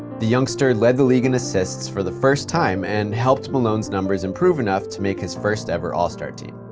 the youngster led the league in assists for the first time and helped malone's numbers improve enough to make his first ever all-star team.